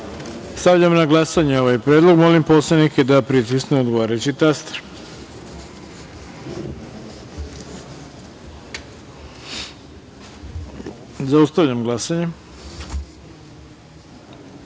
reč. Stavljam na glasanje ovaj predlog. Molim poslanike da pritisnu odgovarajući taster. Zaustavljam glasanje: